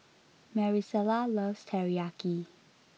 Marisela loves Teriyaki